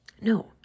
No